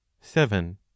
seven